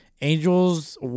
Angels